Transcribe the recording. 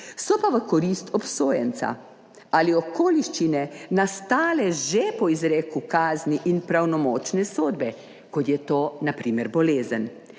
so pa v korist obsojenca ali okoliščine nastale že po izreku kazni in pravnomočne sodbe, kot je to na primer bolezen,